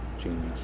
genius